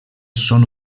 són